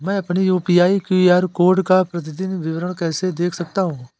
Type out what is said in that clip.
मैं अपनी UPI QR code का प्रतीदीन विवरण कैसे देख सकता हूँ?